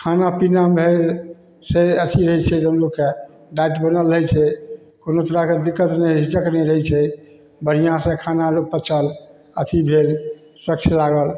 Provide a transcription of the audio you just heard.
खाना पीना भेल से एथी होइ छै लोककेँ डाइट बनल रहै छै कोनो तरहके दिक्कत नहि होइ छै हिचक नहि रहै छै बढ़िआँसे खाना लोक पचल अथी भेल स्वच्छ लागल